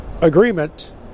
agreement